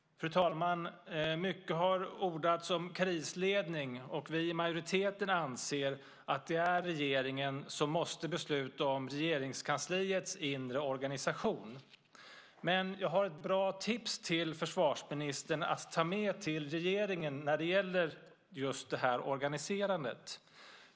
Fru talman! Mycket har ordats om krisledning. Vi i majoriteten anser att det är regeringen som måste besluta om Regeringskansliets inre organisation. Jag har dock ett bra tips till försvarsministern att ta med till regeringen när det gäller just detta organiserande.